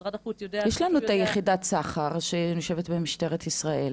שמשרד החוץ יודע --- יש לנו את יחידת הסחר שיושבת במשטרת ישראל.